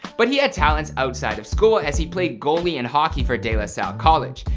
but he had talents outside of school as he played goalie in hockey for de la salle college.